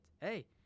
Hey